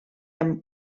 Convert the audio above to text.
amb